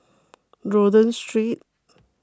Rodyk Street